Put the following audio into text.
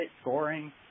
scoring